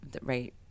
right